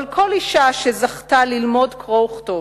אבל כל אשה שזכתה ללמוד קרוא וכתוב,